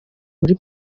muri